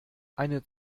eine